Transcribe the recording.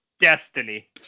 destiny